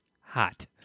hot